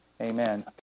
Amen